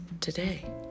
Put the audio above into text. today